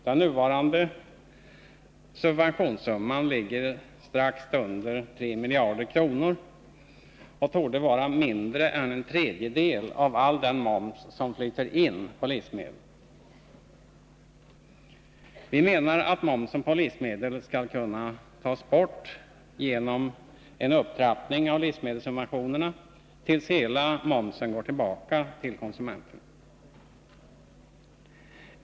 Den nuvarande subventionssumman ligger strax under 3 miljarder kronor och torde vara mindre än en tredjedel av all den moms som flyter in på livsmedel. Vi menar att momsen på livsmedel skulle kunna tas bort genom en upptrappning av livsmedelssubventionerna tills hela momsen går tillbaka till konsumenterna.